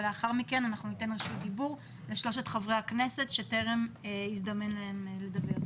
ולאחר מכן ניתן רשות דיבור לשלושת חברי הכנסת שטרם הזדמן להם לדבר.